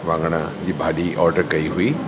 वाङण जी भाॼी ऑडर कयी हुई